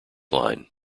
line